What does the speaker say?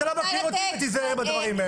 אתה לא מכיר אותי, ותיזהר עם הדברים האלה.